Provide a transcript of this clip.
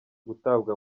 gutabwa